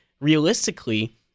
realistically